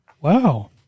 Wow